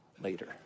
later